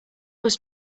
was